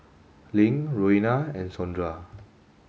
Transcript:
Link Roena and Sondra